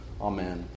Amen